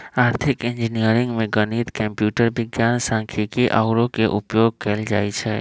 आर्थिक इंजीनियरिंग में गणित, कंप्यूटर विज्ञान, सांख्यिकी आउरो के उपयोग कएल जाइ छै